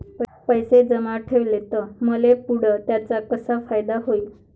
पैसे जमा ठेवले त मले पुढं त्याचा कसा फायदा होईन?